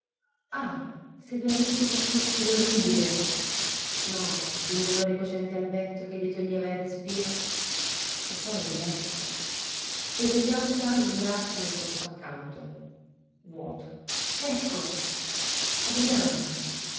ah se veramente fosse un sogno orribile no e quel dolore cocente al petto che gli toglieva il respiro e poi il letto stese pian piano un braccio nel posto accanto vuoto ecco adriana